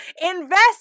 invest